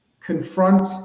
confront